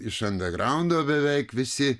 iš andegraundo beveik visi